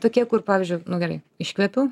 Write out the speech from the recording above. tokie kur pavyzdžiui nu gerai iškvepiu